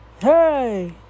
Hey